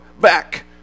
back